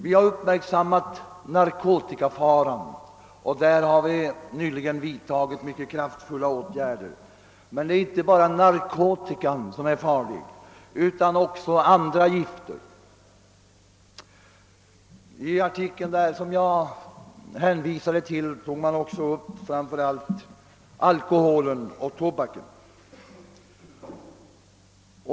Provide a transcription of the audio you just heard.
Vi har uppmärksammat narkotikafaran, och på det området har vi nyligen vidtagit mycket kraftfulla åtgärder. Men det är inte bara narkotikan som är farlig, utan också andra gifter. I den artikel som jag hänvisade till tog man också upp framför allt alkoholen och tobaken.